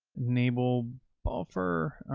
naval golfer.